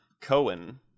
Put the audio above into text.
Cohen